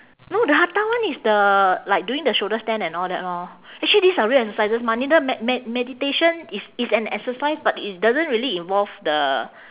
no the hatha one is the like doing the shoulder stand and all that lor actually these are real exercises mah neither me~ me~ meditation is is an exercise but it doesn't really involve the